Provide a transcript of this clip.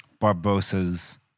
Barbosa's